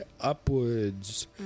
upwards